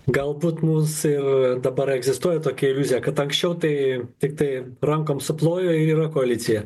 galbūt mūsų ir dabar egzistuoja tokia iliuzija kad anksčiau tai tiktai rankom suplojo yra koalicija